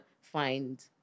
find